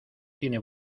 tiene